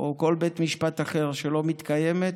או כל בית משפט אחר שלא מתקיימת,